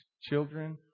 Children